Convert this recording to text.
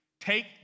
take